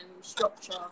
structure